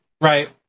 Right